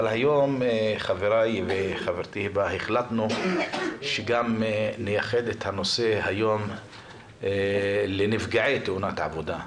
היום החלטנו שנייחד את נושא הדיון לנפגעי תאונות עבודה.